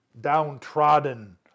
downtrodden